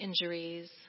injuries